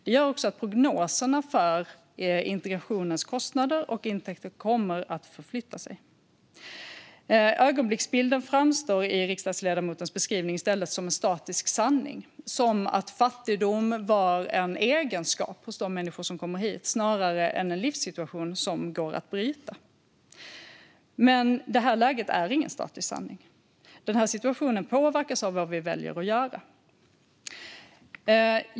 Det gör också att prognoserna för integrationens kostnader och intäkter kommer att förflytta sig. Ögonblicksbilden framstår i riksdagsledamotens beskrivning som en statisk sanning, som om fattigdom var en egenskap hos de människor som kommer hit snarare än en livssituation som går att ändra på. Men det här läget är ingen statisk sanning. Den här situationen påverkas av vad vi väljer att göra.